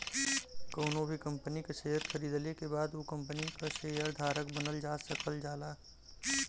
कउनो भी कंपनी क शेयर खरीदले के बाद उ कम्पनी क शेयर धारक बनल जा सकल जाला